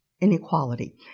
inequality